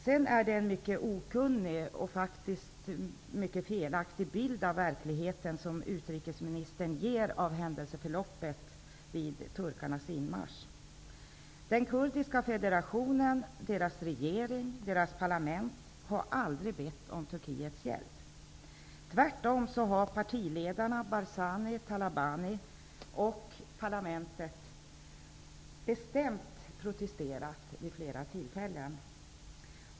Den bild av verkligheten som utrikesministern ger i sin beskrivning av händelseförloppet vid turkarnas inmarsch i norra Irak tyder på en hög grad av okunnighet och är faktiskt felaktig. Den kurdiska federationen, kurdernas regering och parlament har aldrig bett om Turkiets hjälp. Tvärtom har partiledarna Barzani och Talabani och parlamentet bestämt protesterat vid flera tillfällen.